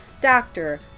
doctor